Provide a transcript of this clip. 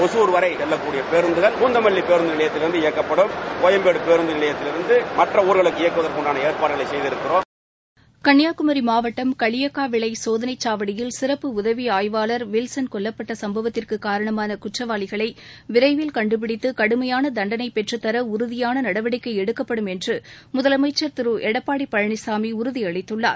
ஒசூர் வரை செல்லக்கூடிய பேருந்தகள் பூத்தமல்வி பேருந்து நிலையத்திலிருந்து இயக்கப்படும் கோபம்பேடு பேருந்து நிலையத்திலிருந்து மற்ற ஊர்களுக்கு இயக்குவதற்கான ஏற்பாடுகளை செய்திருக்கிறோம் கன்னியாகுமரி மாவட்டம் களியக்காவிளை சோதனைச்சாவடியில் சிறப்பு உதவி ஆய்வாளர் வில்சன் கொல்லப்பட்ட சுப்பவத்திற்கு காரணமான குற்றவாளிகளை விரைவில் கண்டுபிடித்து கடுமையான தண்டனை பெற்றத்தர உறுதியான நடவடிக்கை எடுக்கப்படும் என்று முதலமைச்சர் திரு எடப்பாடி பழனிசாமி உறுதி அளித்துள்ளார்